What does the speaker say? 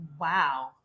Wow